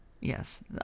Yes